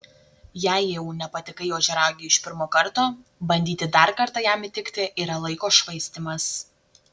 jei jau nepatikai ožiaragiui iš pirmo karto bandyti dar kartą jam įtikti yra laiko švaistymas